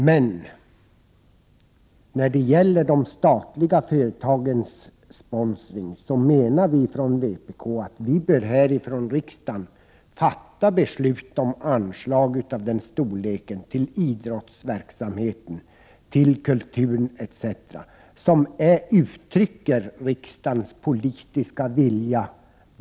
Men när det gäller de statliga företagens sponsring menar vi från vpk att vi här i riksdagen bör fatta beslut om anslag tillidrottsverksamheten, kulturen etc. av en storlek som uttrycker riksdagens politiska vilja.